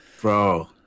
Bro